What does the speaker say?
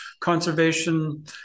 conservation